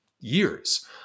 years